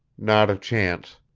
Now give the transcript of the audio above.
not a chance.